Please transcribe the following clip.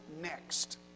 next